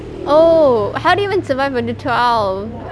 oh how do you even survive until twelve